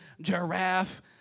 giraffe